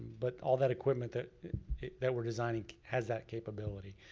but all that equipment that that we're designing has that capability.